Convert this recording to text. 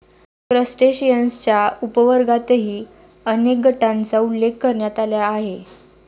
क्रस्टेशियन्सच्या उपवर्गांतर्गतही अनेक गटांचा उल्लेख करण्यात आला आहे